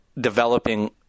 developing